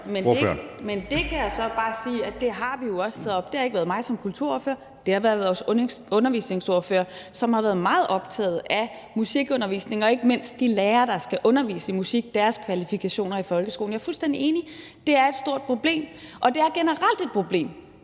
Men det kan jeg så bare sige at vi også har taget op. Det har ikke været mig som kulturordfører, det har været vores undervisningsordfører, som har været meget optaget af musikundervisning og ikke mindst de lærere, der skal undervise i musik i folkeskolen, i forhold til deres kvalifikationer. Jeg er fuldstændig enig i, at det er et stort problem, og det er generelt et problem,